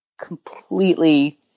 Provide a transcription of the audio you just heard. completely